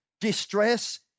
distress